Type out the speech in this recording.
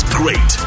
great